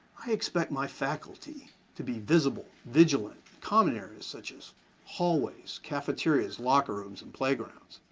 i expect my faculty to be visible, vigilant, common areas such as hallways, cafeterias, locker rooms, and playgrounds.